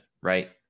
right